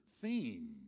theme